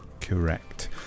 Correct